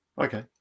Okay